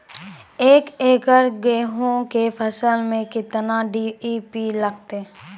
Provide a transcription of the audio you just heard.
एक एकरऽ गेहूँ के फसल मे केतना डी.ए.पी लगतै?